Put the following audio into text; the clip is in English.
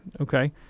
okay